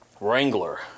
wrangler